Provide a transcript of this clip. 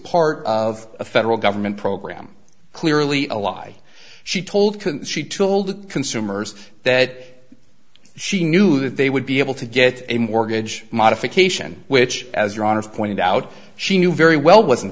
part of a federal government program clearly a lie she told she told consumers that she knew that they would be able to get a mortgage modification which as your honor pointed out she knew very well wasn't